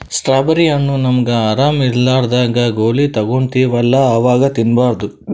strawberry ಹಣ್ಣ್ ನಮ್ಗ್ ಆರಾಮ್ ಇರ್ಲಾರ್ದಾಗ್ ಗೋಲಿ ತಗೋತಿವಲ್ಲಾ ಅವಾಗ್ ತಿನ್ಬಾರ್ದು